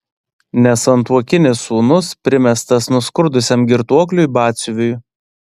nesantuokinis sūnus primestas nuskurdusiam girtuokliui batsiuviui